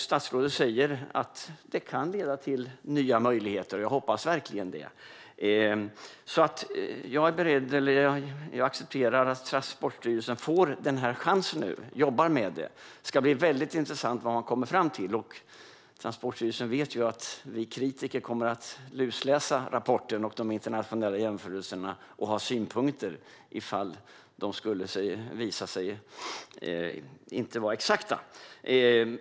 Statsrådet säger att den kan leda till nya möjligheter, och jag hoppas verkligen det. Jag accepterar att Transportstyrelsen får chansen, och det ska bli mycket intressant att se vad man kommer fram till. Transportstyrelsen vet att vi kritiker kommer att lusläsa rapporten och de internationella jämförelserna och ha synpunkter om jämförelserna skulle visa sig inte vara exakta.